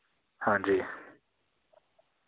हां जी